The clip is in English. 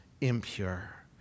impure